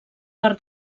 per